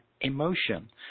emotion